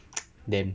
damn